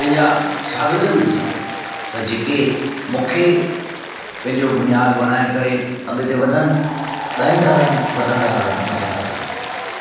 पंहिंजा शागिर्द बि ॾिसां त जेके मूंखे पंहिंजो बुनियाद बणाए करे अॻिते वधनि गाईंदा रहनि वधंदा रहनि वसंदा रहनि